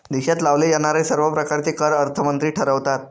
देशात लावले जाणारे सर्व प्रकारचे कर अर्थमंत्री ठरवतात